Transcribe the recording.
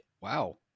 Wow